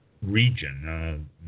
Region